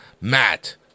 Matt